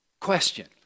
Question